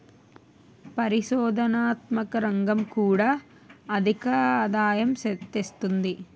పరిశోధనాత్మక రంగం కూడా అధికాదాయం తెస్తుంది